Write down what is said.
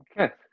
Okay